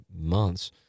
months